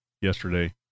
yesterday